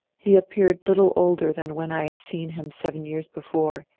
he appeared little older than when i had seen him seven years before,